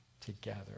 together